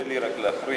תרשה לי רק להפריע: